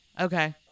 Okay